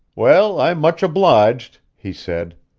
well, i'm much obliged, he said.